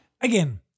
again